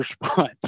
response